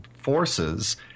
forces